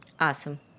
Awesome